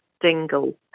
Dingle